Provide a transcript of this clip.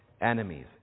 enemies